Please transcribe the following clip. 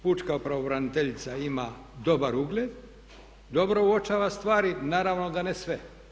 Pučka pravobraniteljica ima dobar ugled, dobro uočava stvari i naravno da ne sve.